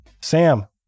Sam